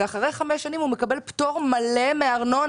אבל אחרי חמש שנים הוא מקבל פטור מלא מארנונה